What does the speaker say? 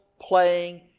playing